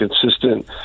consistent